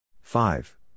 Five